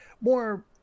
More